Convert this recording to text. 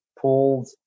pulled